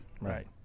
Right